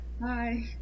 Bye